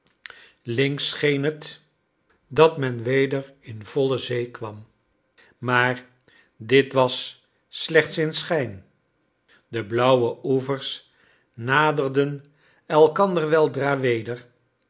links scheen het dat men weder in volle zee kwam maar dit was slechts in schijn de blauwe oevers naderden elkander weldra weder